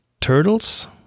turtles